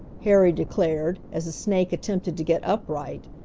harry declared, as the snake attempted to get upright.